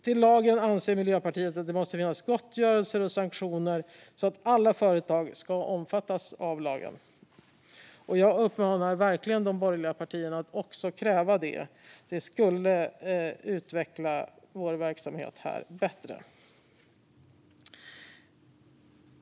Till lagen anser Miljöpartiet att det måste finns gottgörelser och sanktioner så att alla företag ska omfattas av lagen. Jag uppmanar verkligen de borgerliga partierna att också kräva det, för det skulle utveckla vår verksamhet här bättre.